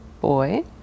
boy